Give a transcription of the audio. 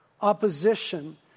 opposition